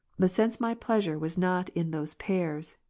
but since my pleasure was not in those pears,